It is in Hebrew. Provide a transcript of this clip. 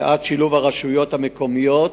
ושילוב הרשויות המקומיות,